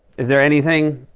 is there anything,